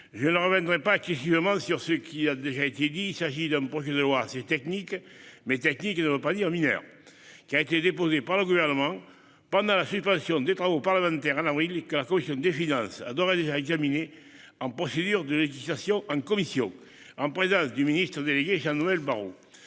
je ne reviendrai pas longuement sur ce qui a déjà été dit. Il s'agit d'un projet de loi assez technique- technique ne veut pas dire mineur -, qui a été déposé par le Gouvernement pendant la suspension des travaux parlementaires en avril dernier et que la commission des finances a d'ores et déjà examiné selon la procédure de législation en commission, en présence du ministre délégué Jean-Noël Barrot.